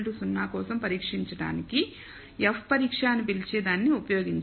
0 కోసం పరీక్షించడానికి F పరీక్ష అని పిలిచే దానిని ఉపయోగించి